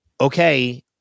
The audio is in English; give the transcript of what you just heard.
okay